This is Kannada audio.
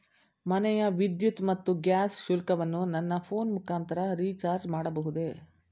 ಮನೆಯ ವಿದ್ಯುತ್ ಮತ್ತು ಗ್ಯಾಸ್ ಶುಲ್ಕವನ್ನು ನನ್ನ ಫೋನ್ ಮುಖಾಂತರ ರಿಚಾರ್ಜ್ ಮಾಡಬಹುದೇ?